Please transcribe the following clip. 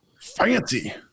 Fancy